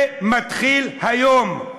זה מתחיל היום,